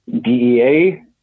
dea